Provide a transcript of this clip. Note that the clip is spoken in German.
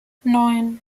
neun